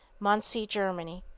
muncie, germany,